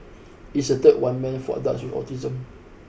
it is the third one meant for adults with autism